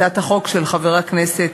הצעת החוק של חבר הכנסת